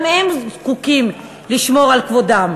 גם הם זקוקים לשמור על כבודם.